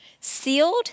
sealed